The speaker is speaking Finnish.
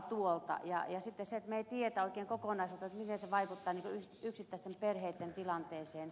sitten me emme tiedä oikein kokonaisuutta miten se vaikuttaa yksittäisten perheitten tilanteeseen